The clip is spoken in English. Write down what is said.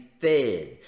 fed